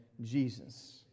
Jesus